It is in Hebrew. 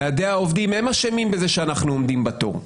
ועדי העובדים הם האשמים שאנחנו עומדים בתור,